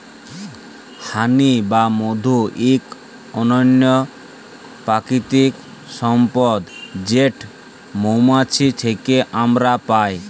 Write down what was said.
হানি বা মধু ইক অনল্য পারকিতিক সম্পদ যেট মোমাছি থ্যাকে আমরা পায়